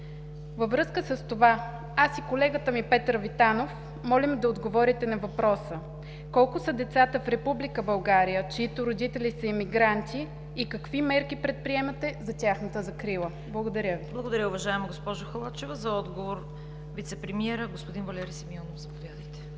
Във връзка с това аз и колегата Петър Витанов молим да отговорите на въпроса: колко са децата в Република България, чиито родители са емигранти, и какви мерки предприемате за тяхната закрила? Благодаря Ви. ПРЕДСЕДАТЕЛ ЦВЕТА КАРАЯНЧЕВА: Благодаря Ви, уважаема госпожо Халачева. За отговор – вицепремиерът господин Валери Симеонов. Заповядайте.